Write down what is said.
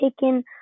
taken